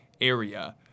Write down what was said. area